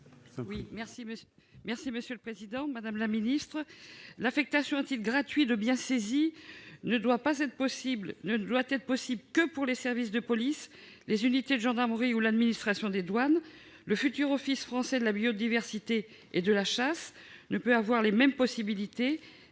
parole est à Mme Michèle Vullien. L'affectation à titre gratuit de biens saisis ne doit être possible que pour les services de police, les unités de gendarmerie ou l'administration des douanes. Le futur office français de la biodiversité et de la chasse ne saurait jouir des mêmes possibilités,